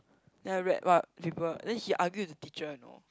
then I read what people then he argue with the teacher you know